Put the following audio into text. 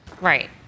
Right